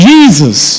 Jesus